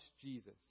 Jesus